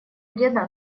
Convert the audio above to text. деда